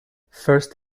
first